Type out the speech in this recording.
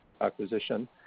acquisition